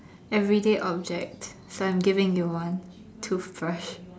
everyday object so I'm giving you one toothbrush